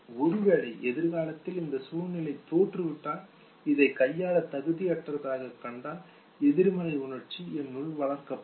ஒருவேளை எதிர்காலத்தில் இந்த சூழ்நிலையில் தோற்றுவிட்டால் இதைக் கையாள தகுதியற்றதாக கண்டால் எதிர்மறை உணர்ச்சி என்னுள் வளர்க்கப்படும்